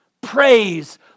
praise